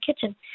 kitchen